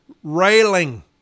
railing